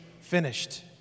finished